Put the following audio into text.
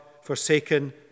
forsaken